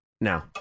now